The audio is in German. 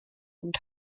und